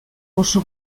oso